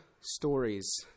stories